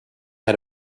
had